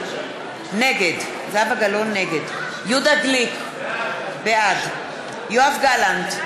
נגד יהודה גליק, בעד יואב גלנט,